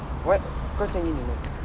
what kau macam gini like